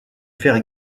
faire